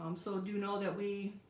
um so do know that we